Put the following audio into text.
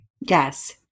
Yes